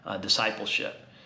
discipleship